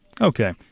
Okay